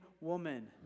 woman